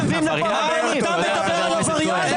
יש סעיפים בחוק ואנחנו עובדים לפי חוק,